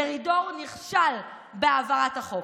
מרידור נכשל בהעברת החוק.